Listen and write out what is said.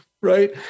right